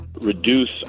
reduce